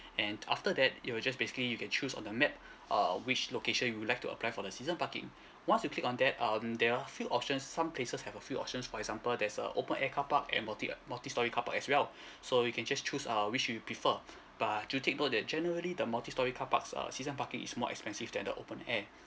and after that it will just basically you can choose on the map um which location you will like to apply for the season parking once you click on that um there are few options some places have a few options for example there's a open air car park and multi uh multistorey car park as well so you can just choose uh which you prefer but do take note that generally the multistorey car parks uh season parking is more expensive than the open air